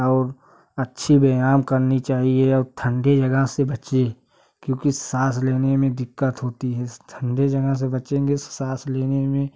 और अच्छी व्यायाम करनी चाहिए और ठंडी जगह से बचिए क्योंकि साँस लेने में दिक्कत होती है ठन्डे जगहों से बचेंगे तो साँस लेने में